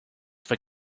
for